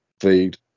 feed